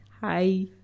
Hi